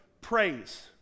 praise